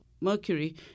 mercury